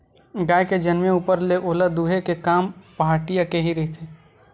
गाय के जनमे ऊपर ले ओला दूहे के काम पहाटिया के ही रहिथे